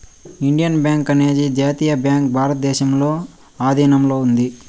Indian bank అనేది జాతీయ bank భారతదేశంలో ఆధీనంలో ఉంది